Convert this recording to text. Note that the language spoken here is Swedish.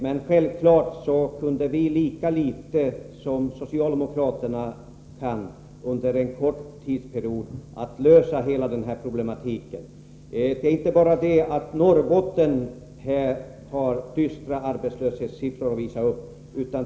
Men självfallet kunde vi inte, lika litet som socialdemokraterna kan det, under en kort tidsperiod komma till rätta med hela denna problematik. Det är inte bara Norrbotten som har dystra arbetslöshetssiffror att visa upp.